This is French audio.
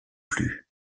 plus